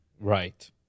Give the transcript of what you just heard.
Right